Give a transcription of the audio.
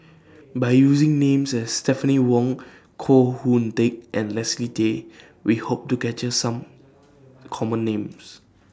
By using Names as Stephanie Wong Koh Hoon Teck and Leslie Tay We Hope to capture Some Common Names